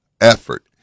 effort